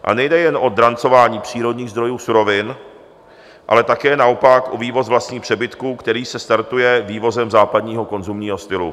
A nejde jen o drancování přírodních zdrojů surovin, ale také naopak o vývoz vlastních přebytků, který se startuje vývozem západního konzumního stylu.